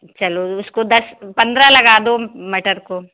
चलो उसको दस पंद्रह लगा दो मटर को